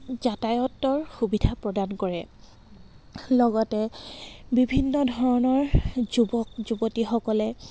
যাতায়াতৰ সুবিধা প্ৰদান কৰে লগতে বিভিন্ন ধৰণৰ যুৱক যুৱতীসকলে